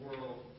world